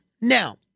Now